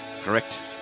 Correct